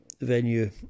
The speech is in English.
venue